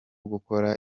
gukora